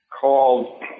called